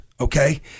okay